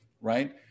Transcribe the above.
right